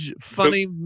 funny